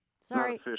Sorry